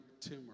tumor